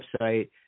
website